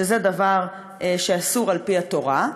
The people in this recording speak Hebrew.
שזה דבר ש"אסור על-פי התורה".